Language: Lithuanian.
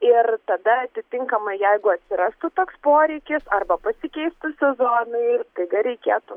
ir tada atitinkamai jeigu atsirastų toks poreikis arba pasikeistų sezonai ir staiga reikėtų